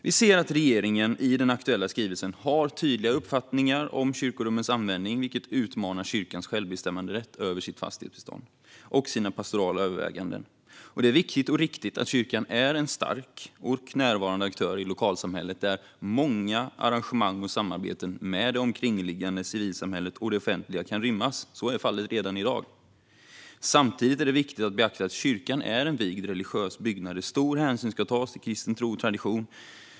Vi ser att regeringen i den aktuella skrivelsen har tydliga uppfattningar om kyrkorummens användning, vilket utmanar kyrkans självbestämmanderätt över sitt fastighetsbestånd och sina pastorala överväganden. Det är viktigt och riktigt att kyrkan är en stark och närvarande aktör i lokalsamhället, där många arrangemang och samarbeten med det omkringliggande civilsamhället och det offentliga kan rymmas. Så är fallet redan i dag. Samtidigt är det viktigt att beakta att kyrkan är en vigd religiös byggnad där stor hänsyn ska tas till kristen tro och tradition.